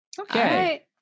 okay